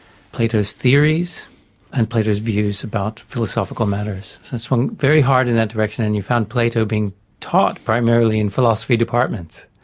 plato's theories and plato's views about philosophical matters. it swung very hard in that direction and you found plato being taught primarily in philosophy departments.